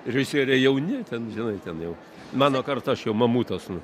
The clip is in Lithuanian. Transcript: režisieriai jauni ten žinai ten jau mano karta aš jau mamutas nu